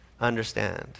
understand